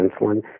insulin